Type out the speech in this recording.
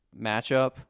matchup